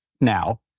now